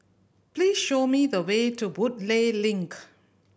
please show me the way to Woodleigh Link